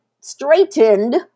straightened